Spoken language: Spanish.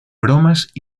bromas